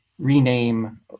rename